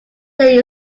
they